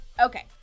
Okay